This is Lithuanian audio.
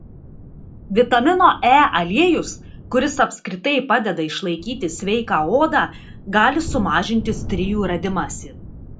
vitamino e aliejus kuris apskritai padeda išlaikyti sveiką odą gali sumažinti strijų radimąsi